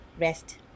rest